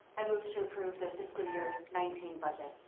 i move to approve the fiscal year nineteen budget.